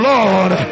Lord